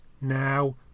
Now